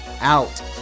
out